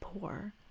poor